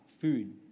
Food